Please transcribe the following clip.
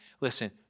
listen